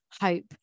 hope